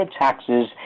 taxes